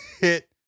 hit